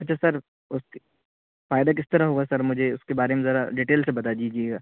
اچھا سر اس کا فائدہ کس طرح ہوگا سر مجھے اس کے بارے میں ذرا ڈٹیل سے بتا دیجیے گا